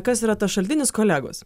kas yra tas šaltinis kolegos